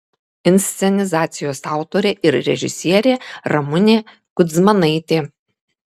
inscenizacijos autorė ir režisierė ramunė kudzmanaitė